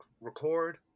record